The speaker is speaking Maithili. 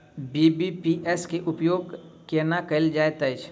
बी.बी.पी.एस केँ उपयोग केना कएल जाइत अछि?